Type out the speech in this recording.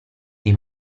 dei